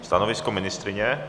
Stanovisko ministryně?